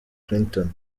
cliton